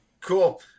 Cool